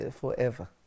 forever